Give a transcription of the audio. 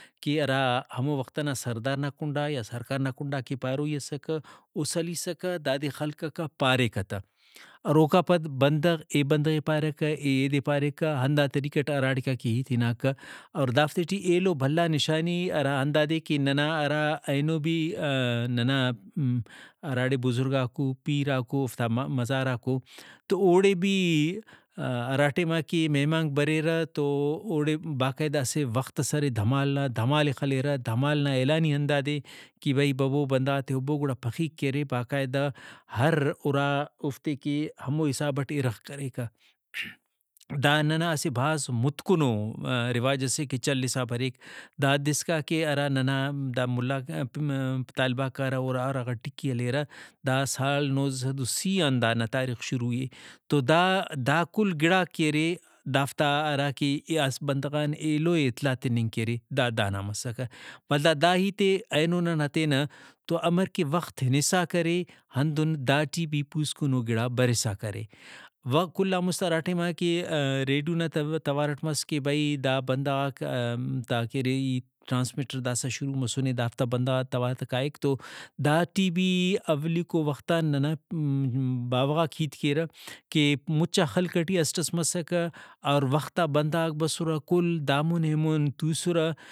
کہ ہرا ہمو وخت ئنا سردار نا کنڈا یا سرکار نا کنڈا کہ پاروئی اسکہ او سلیسکہ دادے خلککہ پاریکہ تہ اور اوکا پد بندغ اے بندغے پاریکہ اے ایدے پاریکہ ہندا طریقٹ ہراڑیکا کہ ہیت ہناکہ اور دافتے ٹی ایلو بھلا نشانی ہرا ہندادے کہ ننا ہرا اینو بھی ننا ہراڑے بزرگاکو پیراکو اوفتا مزاراکو تو اوڑے بھی ہرا ٹائما کہ مہمانک بریرہ تو اوڑے باقاعدہ اسہ وختس ارے دھمال نا دھمالے خلیرہ دھمال نا اعلان ہی ہندادے کہ بھئی ببو بندغاتے ہُربو گڑا پخیرک کہ ارے باقاعدہ ہر اُرا اوفتے کہ ہمو حساب ٹی اِرغ کریکہ۔ دا ننا اسہ بھاز متکنو رواج سے کہ چلسا بریک دا حد اسکا کہ ہرا ننا دا ملاک طالباک کارہ اُرا اُرا غا ٹکی ہلیرہ دا سال نوزدہ صد ؤ سی آن دانا تاریخ شروع اے۔ تو دا دا کل گڑاک کہ ارے دافتا ہراکہ یا اسہ بندغان ایلوئے اطلاع تننگ کہ ارے دا دانا مسکہ۔ ولدا دا ہیتے اینو ننا تینا تو امر کہ وخت ہنسا کرے ہندن داٹی بھی پوسکنو گڑا برسا کرے۔ وا کل آن مُست ہرا ٹائماکہ ریڈیو نا توارٹ مس کہ بھئی دا بندغاک دا کہ ارے ای ٹرانسمیٹر داسہ شروع مسنے دافتا بندغاتا توار کائک تو داٹی بھی اولیکو وختان ننا باوہ غاک ہیت کیرہ کہ مُچا خلق ئٹی اسٹ ئس مسکہ اور وختا بسرہ کل دامون ایمون توسرہ